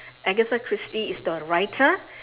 agatha christie is the writer